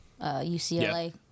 UCLA